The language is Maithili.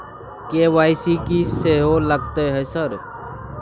के.वाई.सी की सेहो लगतै है सर?